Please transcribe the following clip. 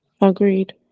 agreed